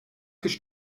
kış